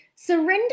Surrender